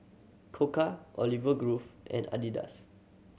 Koka Olive Grove and Adidas